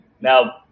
Now